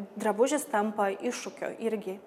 drabužis tampa iššūkiu irgi